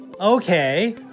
okay